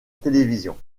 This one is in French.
télévision